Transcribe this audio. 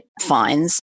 fines